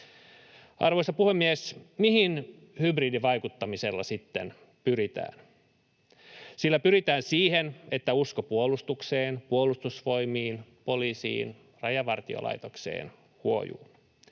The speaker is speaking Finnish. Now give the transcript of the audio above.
Arvoisa puhemies! Mihin hybridivaikuttamisella sitten pyritään? Sillä pyritään siihen, että usko puolustukseen, Puolustusvoimiin, poliisiin, Rajavartiolaitokseen huojuu.